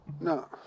No